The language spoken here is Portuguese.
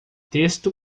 texto